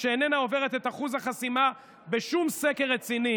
שאיננה עוברת את אחוז החסימה בשום סקר רציני,